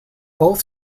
both